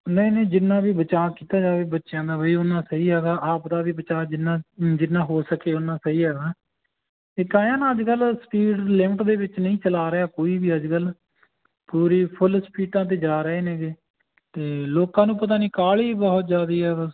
ਨਹੀਂ ਨਹੀਂ ਜਿੰਨਾ ਵੀ ਬਚਾਅ ਕੀਤਾ ਜਾਵੇ ਬੱਚਿਆਂ ਦਾ ਬਈ ਉੰਨਾ ਸਹੀ ਹੈਗਾ ਆਪ ਦਾ ਵੀ ਬਚਾਅ ਜਿੰਨਾ ਜਿੰਨਾ ਹੋ ਸਕੇ ਉੰਨਾ ਸਹੀ ਹੈਗਾ ਇੱਕ ਐਂ ਆ ਨਾ ਅੱਜ ਕੱਲ੍ਹ ਸਪੀਡ ਲਿਮਟ ਦੇ ਵਿੱਚ ਨਹੀਂ ਚਲਾ ਰਿਹਾ ਕੋਈ ਵੀ ਅੱਜ ਕੱਲ੍ਹ ਪੂਰੀ ਫੁੱਲ ਸਪੀਡਾਂ 'ਤੇ ਜਾ ਰਹੇ ਨੇਗੇ ਅਤੇ ਲੋਕਾਂ ਨੂੰ ਪਤਾ ਨਹੀਂ ਕਾਹਲੀ ਵੀ ਬਹੁਤ ਜ਼ਿਆਦਾ ਹੈ ਬਸ